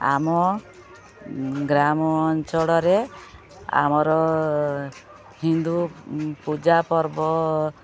ଆମ ଗ୍ରାମ ଅଞ୍ଚଳରେ ଆମର ହିନ୍ଦୁ ପୂଜା ପର୍ବ